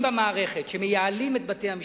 קובעים במערכת שמייעלים את בתי-המשפט,